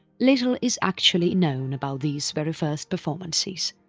little is actually known about these very first performances.